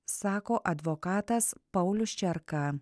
sako advokatas paulius čerka